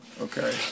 Okay